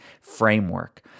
framework